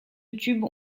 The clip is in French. youtube